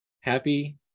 Happy